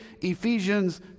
Ephesians